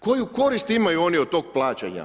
Koju korist imaju oni od tog plaćanja?